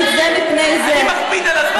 מי שמעורר פרובוקציה יושב שם,